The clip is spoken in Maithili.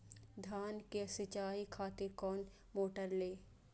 धान के सीचाई खातिर कोन मोटर ली?